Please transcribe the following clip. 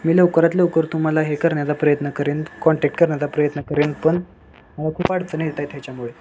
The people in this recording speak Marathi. मी लवकरात लवकर तुम्हाला हे करण्याचा प्रयत्न करेन कॉन्टॅक्ट करण्याचा प्रयत्न करेन पण मला खूप अडचणी येत आहेत ह्याच्यामुळे